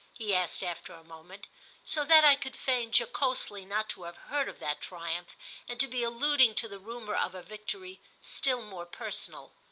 he asked after a moment so that i could feign, jocosely, not to have heard of that triumph and to be alluding to the rumour of a victory still more personal.